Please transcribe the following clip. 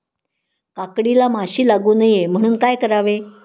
काकडीला माशी लागू नये म्हणून काय करावे?